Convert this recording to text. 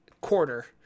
quarter